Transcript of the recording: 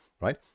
right